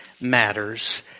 matters